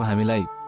ah me live